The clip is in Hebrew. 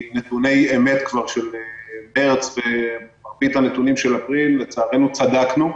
נתוני אמת של מרץ ובמרבית הנתונים של אפריל לצערנו צדקנו.